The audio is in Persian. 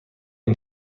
این